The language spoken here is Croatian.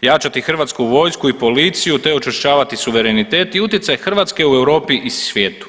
jačati HV i policiju, te učvršćavati suverenitet i utjecaj Hrvatske u Europi i svijetu.